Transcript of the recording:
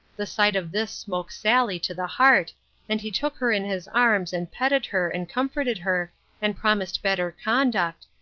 the sight of this smote sally to the heart and he took her in his arms and petted her and comforted her and promised better conduct,